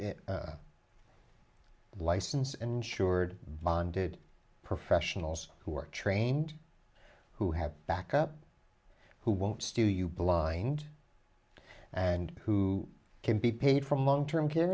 license ensured bonded professionals who are trained who have backup who won't steal you blind and who can be paid for a long term care